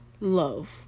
love